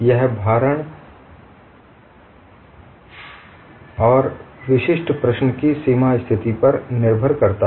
यह भारण और विशिष्ट प्रश्न की सीमा स्थिति पर निर्भर करता है